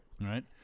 right